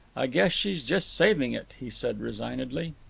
i guess she's just saving it, he said resignedly.